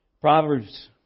Proverbs